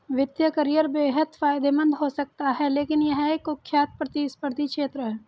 वित्तीय करियर बेहद फायदेमंद हो सकता है लेकिन यह एक कुख्यात प्रतिस्पर्धी क्षेत्र है